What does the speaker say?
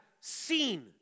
seen